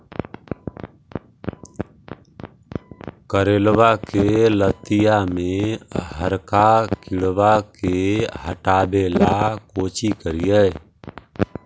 करेलबा के लतिया में हरका किड़बा के हटाबेला कोची करिए?